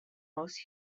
most